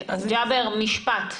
מתי הם יעשו את התיקון?